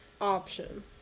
option